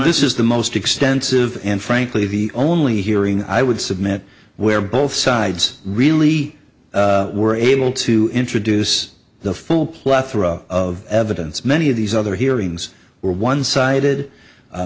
this is the most extensive and frankly the only hearing i would submit where both sides really were able to introduce the full plethora of evidence many of these other hearings were one sided